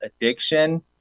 addiction